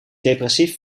depressief